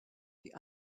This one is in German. die